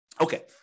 Okay